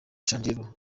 chandiru